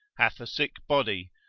hath a sick body,